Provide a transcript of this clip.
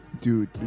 dude